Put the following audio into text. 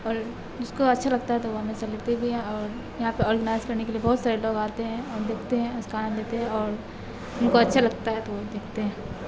اور اس کو اچھا لگتا ہے تو وہ ہمیشہ لیتے بھی اور یہاں پہ آرگنائز کرنے کے لیے بہت سارے لوگ آتے ہیں اور دیکھتے ہیں اس کا آنند لیتے ہیں اور ان کو اچھا لگتا ہے تو وہ دیکھتے ہیں